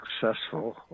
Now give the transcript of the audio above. successful